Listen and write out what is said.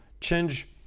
change